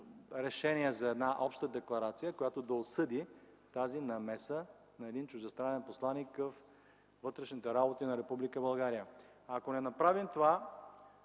решение за една обща декларация, която да осъди тази намеса на един чуждестранен посланик във вътрешните работи на Република България. Ако не направим това,